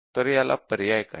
तर याला पर्याय काय